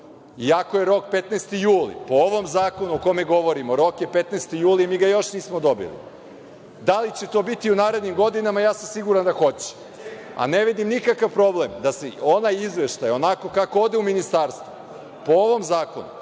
iako je rok 15. jul. Po ovom zakonu o kojem govorimo rok je 15. jul i mi ga još nismo dobili. Da li će to biti u narednim godinama, ja sam siguran da hoće, a ne vidim nikakv problem da se i onaj izveštaj, onako kako ode u ministarstvo, po ovom zakonu